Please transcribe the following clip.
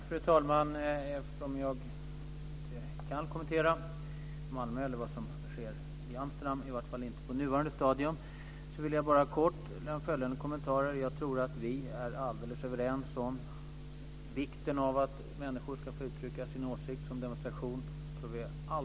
Fru talman! Eftersom jag inte kan kommentera det som hände i Malmö eller i Amsterdam, i varje fall inte på nuvarande stadium, vill jag bara kort lämna följande kommentarer. Jag tror att vi är helt överens om vikten av att människor ska få uttrycka sin åsikt i en demonstration.